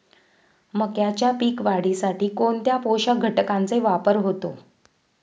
मक्याच्या पीक वाढीसाठी कोणत्या पोषक घटकांचे वापर होतो?